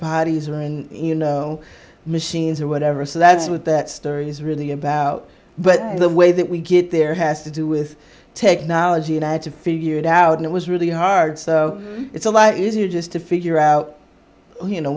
bodies or in you know machines or whatever so that's what that story is really about but the way that we get there has to do with technology and i had to figure it out and it was really hard so it's a lot easier just to figure out you know